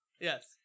Yes